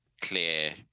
clear